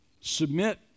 submit